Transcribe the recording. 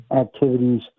activities